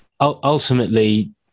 ultimately